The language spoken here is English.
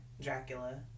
Dracula